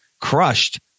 crushed